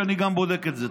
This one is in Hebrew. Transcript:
אני גם בודק את זה.